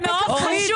זה מאוד חשוב